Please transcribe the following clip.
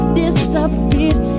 disappeared